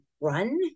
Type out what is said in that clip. run